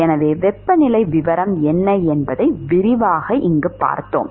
எனவே வெப்பநிலை விவரம் என்ன என்பதை விரைவாகப் பார்ப்போம்